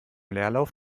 leerlauf